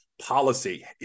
policy